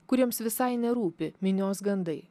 kuriems visai nerūpi minios gandai